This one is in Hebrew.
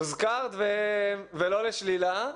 הוזכרת ולא לשלילה.